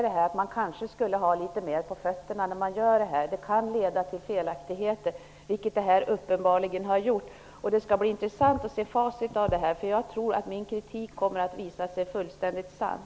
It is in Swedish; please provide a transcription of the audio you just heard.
Det visar sig i dag, eftersom man måste göra ändringar. Det kan leda till felaktigheter, vilket detta uppenbarligen har gjort. Det skall bli intressant att se facit av det här. Jag tror att min kritik kommer att visa sig fullständigt sann.